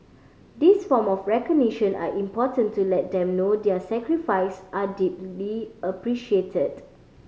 these form of recognition are important to let them know their sacrifice are deeply appreciated